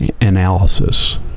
Analysis